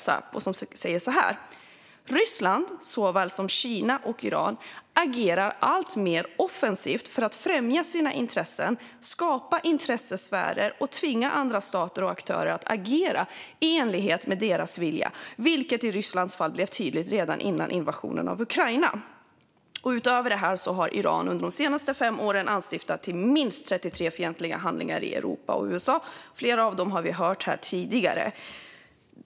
Säpo skriver så här: "Ryssland, såväl som Kina och Iran, agerar allt mer offensivt för att främja sina intressen, skapa intressesfärer och tvinga andra stater och aktörer att agera i enlighet med deras vilja, vilket i Rysslands fall blev tydligt redan innan invasionen av Ukraina." Utöver detta har Iran under de senaste fem åren anstiftat minst 33 fientliga handlingar i Europa och i USA - flera av dem har vi hört om här tidigare.